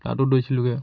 তাতো দৌৰিছিলোঁগৈ